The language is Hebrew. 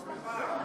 יואל.